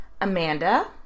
Amanda